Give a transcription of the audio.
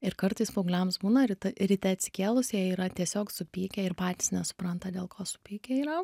ir kartais paaugliams būna ryt ryte atsikėlus jie yra tiesiog supykę ir patys nesupranta dėl ko supykę yra